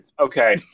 Okay